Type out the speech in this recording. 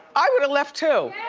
i would've left too.